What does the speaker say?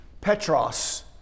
Petros